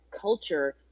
culture